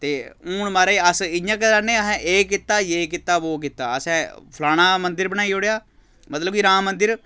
ते हून महाराज अस इ'यां गै करा ने असें एह् कीता जे कीता वो कीता असें फलाना मंदर बनाई ओड़ेआ मतलब कि राम मंदर